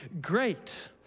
great